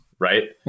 Right